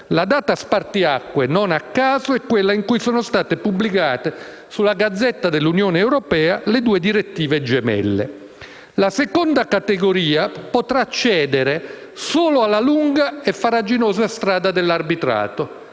La data spartiacque - non a caso - è quella in cui sono state pubblicate sulla *Gazzetta* dell'Unione europea le due direttive gemelle. La seconda categoria potrà accedere solo alla lunga e farraginosa strada dell'arbitrato,